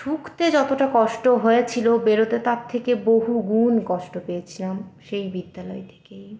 ঢুকতে যতটা কষ্ট হয়েছিল বেরোতে তার থেকে বহুগুণ কষ্ট পেয়েছিলাম সেই বিদ্যালয় থেকেই